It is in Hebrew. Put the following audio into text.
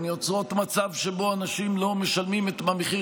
הן יוצרות מצב שבו אנשים לא משלמים את המחיר